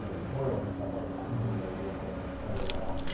you know tutorials and stuff like that and you know, they're doing different editor layout.